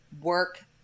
work